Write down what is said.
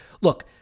look